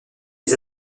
des